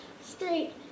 Straight